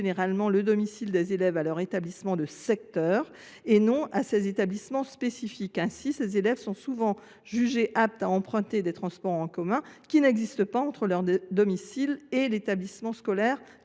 généralement le domicile des élèves à leur établissement de secteur, et non à ces établissements spécifiques. Ainsi, certains élèves sont souvent jugés aptes à emprunter des transports en commun qui n’existent pas entre leur domicile et l’établissement scolaire